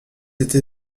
été